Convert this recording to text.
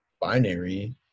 binary